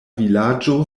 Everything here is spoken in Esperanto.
vilaĝo